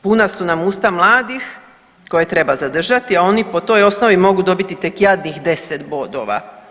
Puna su nam mladih koje treba zadržati, a oni po toj osnovi mogu dobiti tek jadnih 10 bodova.